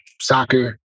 soccer